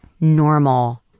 normal